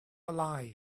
lie